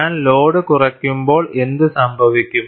ഞാൻ ലോഡ് കുറയ്ക്കുമ്പോൾ എന്ത് സംഭവിക്കും